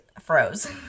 froze